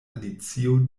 alicio